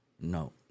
no